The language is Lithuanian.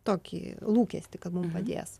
tokį lūkestį kad mum padės